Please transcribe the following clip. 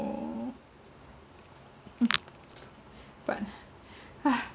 no mm but